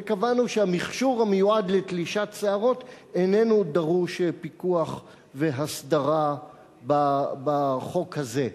וקבענו שהמכשור המיועד לתלישת שערות איננו דורש פיקוח והסדרה בחוק הזה.